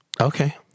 Okay